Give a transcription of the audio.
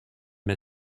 met